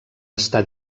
estar